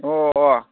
ꯑꯣ